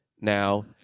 now